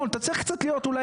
ודרך אגב,